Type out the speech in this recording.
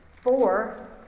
four